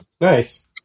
Nice